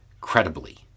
credibly